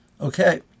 Okay